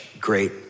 great